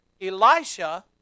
Elisha